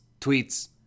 tweets